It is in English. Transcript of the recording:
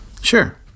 sure